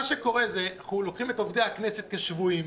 מה שקורה זה שלוקחים את עובדי הכנסת כשבויים,